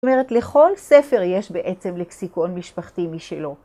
זאת אומרת, לכל ספר יש בעצם לקסיקון משפחתי משלו.